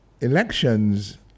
elections